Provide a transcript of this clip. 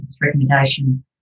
recommendation